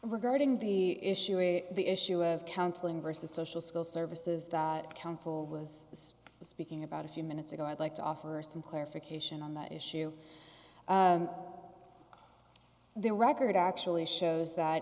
regarding the issue of the issue of counseling versus social skills services that council was speaking about a few minutes ago i'd like to offer some clarification on that issue their record actually shows that